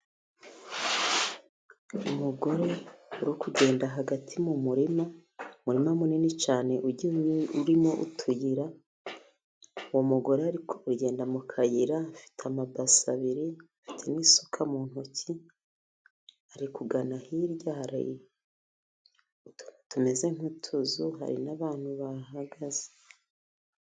Umugore uri kugenda hagati mu murima, umurima munini cyane ugiye urimo utuyira, uwo mugore ari kugenda mu kayira, afite amabase abiri, afite n'isuka mu ntoki, ari kugana hirya, hari utuntu tumeze nk'utuzu, hari n'abantu bahahagaze.